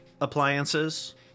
appliances